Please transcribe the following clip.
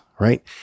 right